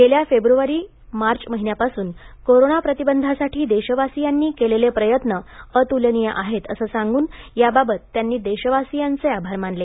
गेल्या फेब्रुवारी मार्च महिन्यापासून कोरोना प्रतिबंधासाठी देशवासियांनी केलेले प्रयत्न अतुलनीय आहेत असं सांगून याबाबत त्यांनी देशवासियांचे आभार मानले